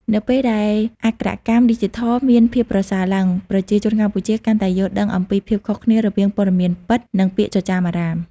នៅពេលដែលអក្ខរកម្មឌីជីថលមានភាពប្រសើរឡើង ប្រជាជនកម្ពុជាកាន់តែយល់ដឹងអំពីភាពខុសគ្នារវាងព័ត៌មានពិត និងពាក្យចចាមអារ៉ាម។